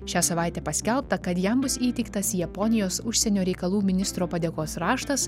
šią savaitę paskelbta kad jam bus įteiktas japonijos užsienio reikalų ministro padėkos raštas